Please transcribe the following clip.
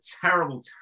terrible